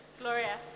Gloria